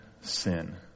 sin